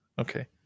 Okay